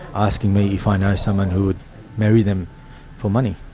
asking me if i know someone who would marry them for money.